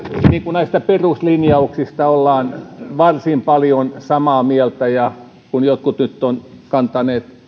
näistä peruslinjauksista olemme varsin paljon samaa mieltä ja kun jotkut nyt ovat kantaneet